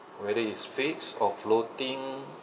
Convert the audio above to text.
whether it's fixed or floating